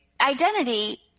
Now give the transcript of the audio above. identity